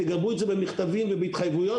תגבו את זה במכתבים ובהתחייבויות,